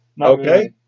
Okay